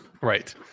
Right